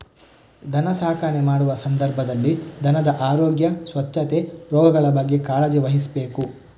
ದನ ಸಾಕಣೆ ಮಾಡುವ ಸಂದರ್ಭದಲ್ಲಿ ದನದ ಆರೋಗ್ಯ, ಸ್ವಚ್ಛತೆ, ರೋಗಗಳ ಬಗ್ಗೆ ಕಾಳಜಿ ವಹಿಸ್ಬೇಕು